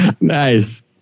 Nice